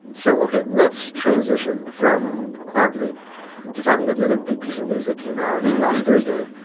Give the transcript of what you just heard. so okay, let's transition from cloudbleed to talking about the other big piece of news that came out last thursday,